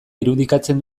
irudikatzen